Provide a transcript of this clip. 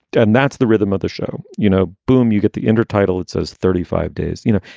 and that's the rhythm of the show. you know, boom, you get the intertidal it says thirty five days, you know.